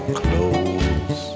clothes